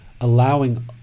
allowing